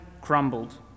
crumbled